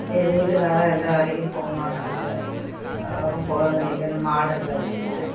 எங்கள் வீட்டுக்காரரும் எந்த வேலைக்கும் போக மாட்டேங்றாரு அவரும் பொழுதேனைக்கும் இந்த மாடுங்களை வச்சுக்கிட்டு